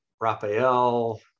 Raphael